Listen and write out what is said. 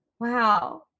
Wow